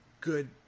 good